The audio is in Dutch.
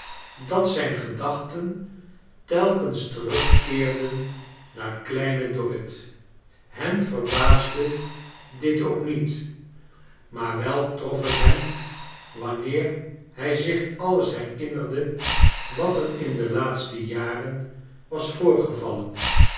dat zijn gedachten telkens terugkeerden naar kleine dorrit hem verbaasde dit ook niet maar wel trof het hem wanneer hij zich alles herinnerde wat er in de laatste jaren was voorgevallen